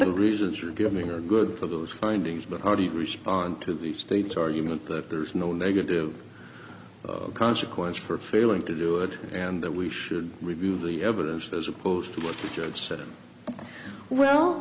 the reasons you give me are good for those findings but how do you respond to the state's argument that there is no negative consequence for failing to do it and that we should review the evidence as opposed to what the judge said well